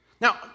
Now